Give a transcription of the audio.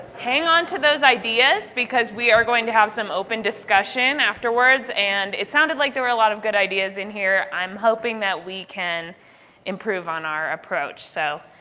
hang on to those ideas because we are going to have some open discussion afterwards. and it sounded like there were a lot of good ideas in here. i'm hoping that we can improve on our approach. so